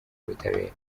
y’ubutabera